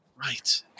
Right